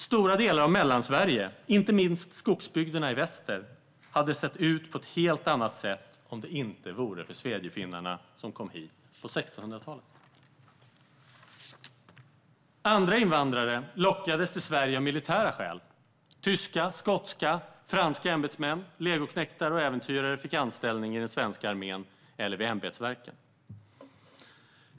Stora delar av Mellansverige, inte minst skogsbygderna i väster, hade sett ut på ett helt annat sätt om det inte varit för svedjefinnarna, som kom hit på 1600-talet. Andra invandrare lockades till Sverige av militära skäl. Tyska, skotska och franska ämbetsmän, legoknektar och äventyrare fick anställning i den svenska armén eller vid ämbetsverken.